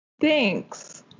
Thanks